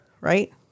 right